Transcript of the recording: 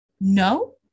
No